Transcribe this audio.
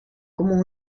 como